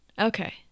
Okay